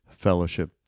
fellowship